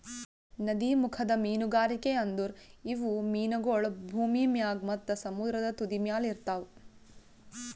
ನದೀಮುಖದ ಮೀನುಗಾರಿಕೆ ಅಂದುರ್ ಇವು ಮೀನಗೊಳ್ ಭೂಮಿ ಮ್ಯಾಗ್ ಮತ್ತ ಸಮುದ್ರದ ತುದಿಮ್ಯಲ್ ಇರ್ತಾವ್